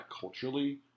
culturally